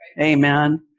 Amen